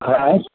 হ্যাঁ আর